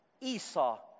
Esau